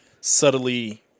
subtly